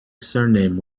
surname